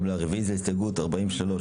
הרוויזיה על הסתייגות מספר 44?